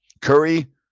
Curry